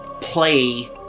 play